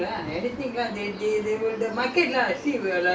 your rendang also you do [what] rendang you do